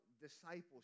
discipleship